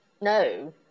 No